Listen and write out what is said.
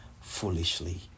foolishly